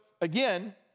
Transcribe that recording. again